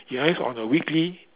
you analyse on a weekly